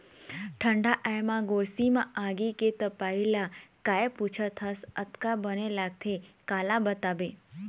ठंड आय म गोरसी म आगी के तपई ल काय पुछत हस अतका बने लगथे काला बताबे